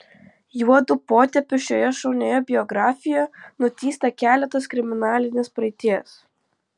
juodu potėpiu šioje šaunioje biografijoje nutįsta keletas kriminalinės praeities